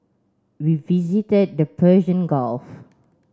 we visited the Persian Gulf